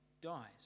dies